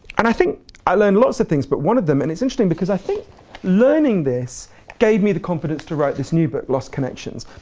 and i think i learned lots of things, but one of them, and it's interesting because i think learning this gave me the confidence to write this new book, lost connections.